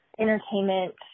entertainment